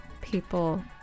people